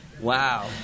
Wow